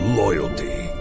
loyalty